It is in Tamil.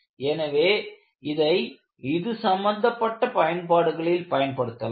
எனவே இதை இது சம்பந்தப்பட்ட பயன்பாடுகளில் ஈடுபடுத்தலாம்